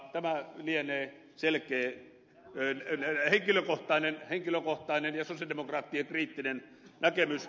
tämä lienee selkeä henkilökohtainen ja sosialidemokraattien kriittinen näkemys